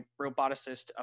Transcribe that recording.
roboticist